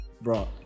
bro